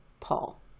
paul